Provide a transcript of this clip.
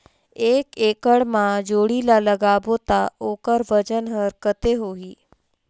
एक एकड़ मा जोणी ला लगाबो ता ओकर वजन हर कते होही?